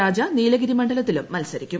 രാജ നീലഗിരി മണ്ഡലത്തിലും മത്സരിക്കും